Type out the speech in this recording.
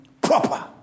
proper